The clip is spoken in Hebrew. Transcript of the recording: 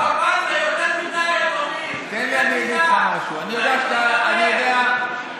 אבל אני מבטיח לך שכשאני ארד מהדוכן